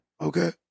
Okay